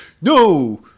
no